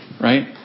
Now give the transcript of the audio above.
right